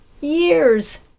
years